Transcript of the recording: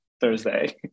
Thursday